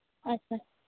ᱟᱪᱪᱷᱟ